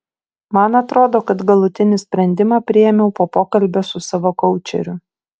man atrodo kad galutinį sprendimą priėmiau po pokalbio su savo koučeriu